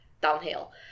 downhill